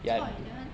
choy that one